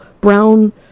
brown